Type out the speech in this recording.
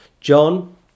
John